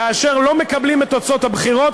כאשר לא מקבלים את תוצאות הבחירות,